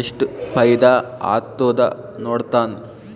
ಎಸ್ಟ್ ಫೈದಾ ಆತ್ತುದ ನೋಡ್ತಾನ್